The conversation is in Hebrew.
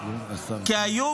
אתה צודק,